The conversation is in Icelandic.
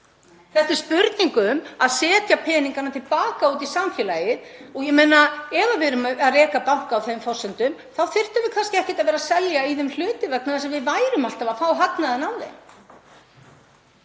Þetta er spurning um að setja peningana til baka út í samfélagið. Ef við værum að reka banka á þeim forsendum þyrftum við kannski ekki að vera að selja í þeim hluti vegna þess að við værum alltaf að fá hagnaðinn af þeim